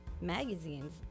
magazines